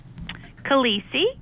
Khaleesi